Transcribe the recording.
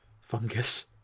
fungus